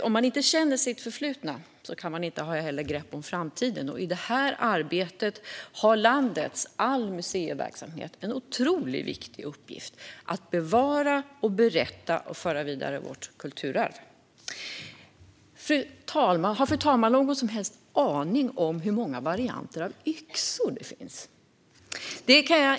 Om man inte känner sitt förflutna kan man inte heller ha grepp om framtiden, och i det arbetet har landets museiverksamhet en otroligt viktig uppgift att bevara, berätta och föra vidare vårt kulturarv. Har fru talmannen någon som helst aning om hur många varianter av yxor det finns?